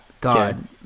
God